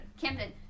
Camden